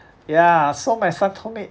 ya so my son told me